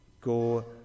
go